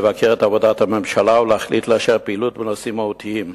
לבקר את עבודת הממשלה ולהחליט לאשר פעילות בנושאים מהותיים,